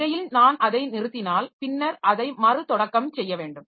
இடையில் நான் அதை நிறுத்தினால் பின்னர் அதை மறுதொடக்கம் செய்ய வேண்டும்